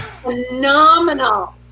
phenomenal